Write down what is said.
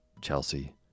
Chelsea